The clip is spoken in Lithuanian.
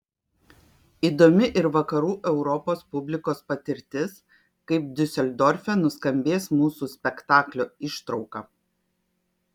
įdomi ir vakarų europos publikos patirtis kaip diuseldorfe nuskambės mūsų spektaklio ištrauka